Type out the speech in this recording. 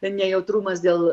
nejautrumas dėl